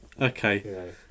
okay